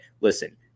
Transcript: listen